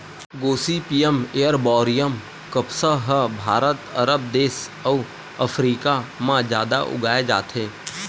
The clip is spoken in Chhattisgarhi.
गोसिपीयम एरबॉरियम कपसा ह भारत, अरब देस अउ अफ्रीका म जादा उगाए जाथे